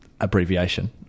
abbreviation